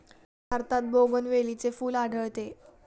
भारतात बोगनवेलीचे फूल आढळते